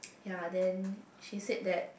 ya then she said that